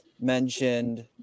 mentioned